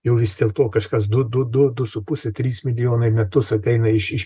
jau vis dėlto kažkas du du du du su puse trys milijonai metus ateina iš iš